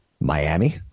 Miami